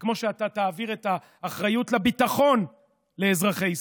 זה כמו שאתה תעביר את האחריות לביטחון לאזרחי ישראל,